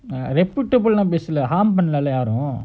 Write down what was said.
reputable லாம்பேசுனிலாஅது:lam pesunela athu harmful தானஅதுவும்:thana athuvum